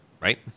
right